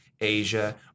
Asia